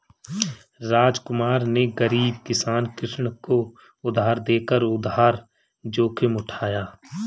रामकुमार ने गरीब किसान कृष्ण को उधार देकर उधार जोखिम उठाया